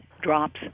drops